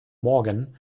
morgan